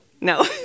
No